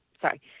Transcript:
sorry